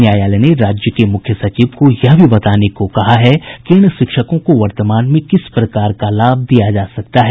न्यायालय ने राज्य के मुख्य सचिव को यह भी बताने को कहा है कि इन शिक्षकों को वर्तमान में किस प्रकार का लाभ दिया जा सकता है